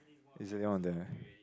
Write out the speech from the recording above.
is already on there